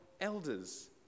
elders